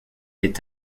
est